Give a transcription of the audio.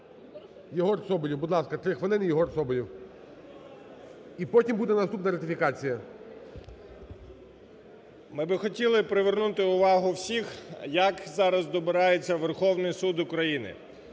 Ми би хотіли привернути увагу всіх, як зараз добирається Верховний Суд України.